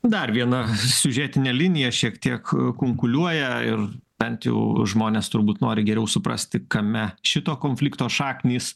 dar viena siužetinė linija šiek tiek kunkuliuoja ir bent jau žmonės turbūt nori geriau suprasti kame šito konflikto šaknys